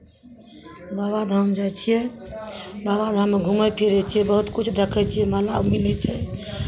बाबाधाम जाइ छियै बाबाधाममे घुमै फिरै छियै बहुत किछु देखै छियै माला मिलै छै